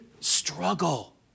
struggle